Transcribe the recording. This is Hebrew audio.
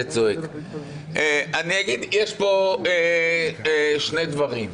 יש פה שני דברים.